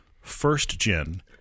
first-gen